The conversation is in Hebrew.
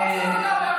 לא הוצאת הודעה בערבית.